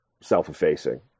self-effacing